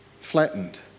flattened